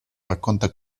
racconta